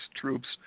troops